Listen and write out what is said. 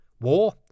War